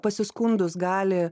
pasiskundus gali